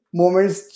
moments